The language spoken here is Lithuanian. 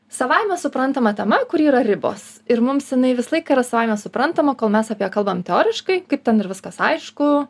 savaime suprantama tema kuri yra ribos ir mums jinai visą laiką yra savaime suprantama kol mes apie ją kalbam teoriškai kaip ten ir viskas aišku